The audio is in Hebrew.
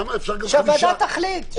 הוועדה תחליט.